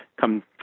come